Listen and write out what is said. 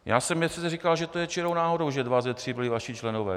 Já jsem říkal, že to je čirou náhodou, že dva ze tří byli vaši členové.